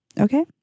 Okay